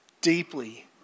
deeply